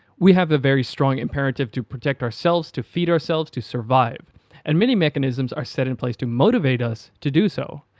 we have a very strong imperative to protect ourselves, to feed ourselves, to survive and many mechanisms are set in place to motivate us to do so.